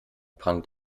prangt